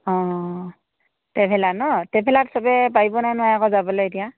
অঁ ট্ৰেভেলাৰ নহ্ টেভেলাৰত সবে পাৰিবনে নোৱাৰে আকৌ যাবলৈ এতিয়া